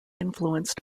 influenced